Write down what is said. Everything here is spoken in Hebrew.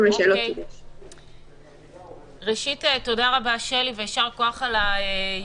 תודה רבה, שלי, ויישר כוח על היוזמה.